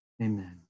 Amen